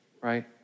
right